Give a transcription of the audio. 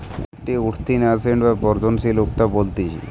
এখন উঠতি ন্যাসেন্ট বা বর্ধনশীল উদ্যোক্তা বলতিছে